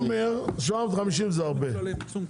לעומר 750 אלף זה הרבה.